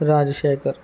Rajasekhar